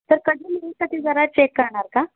तर कधी ते जरा चेक करणार का